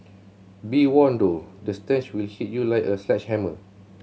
be warned though the stench will hit you like a sledgehammer